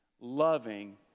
loving